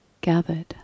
gathered